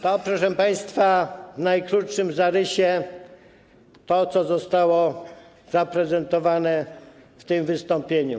To, proszę państwa, w najkrótszym zarysie, to, co zostało zaprezentowane w tym wystąpieniu.